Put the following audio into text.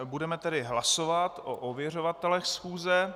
Budeme tedy hlasovat o ověřovatelích schůze.